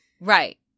Right